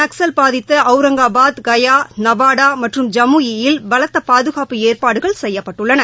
நக்சல் பாதித்தஅவுரங்காபாத் கயா நவாடாமற்றும் ஜம்முா இல் பலத்தபாதுகாப்பு ஏற்பாடுகள் செய்யப்பட்டுள்ளன